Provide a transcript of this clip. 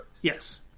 Yes